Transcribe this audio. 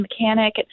mechanic